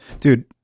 dude